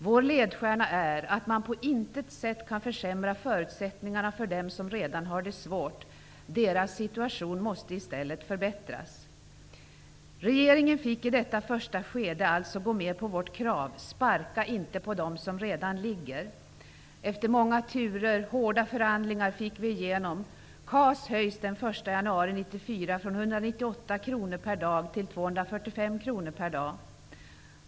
Vår ledstjärna är att man på intet sätt kan försämra förutsättningarna för dem som redan har det svårt. Deras situation måste i stället förbättras. Regeringen fick i detta första skede alltså gå med på vårt krav på att man inte skall sparka på dem som redan ligger. Efter många turer och hårda förhandlingar fick vi igenom följande: kr/dag.